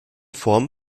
form